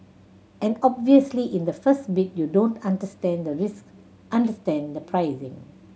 and obviously in the first bid you don't understand the risk understand the pricing